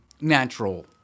natural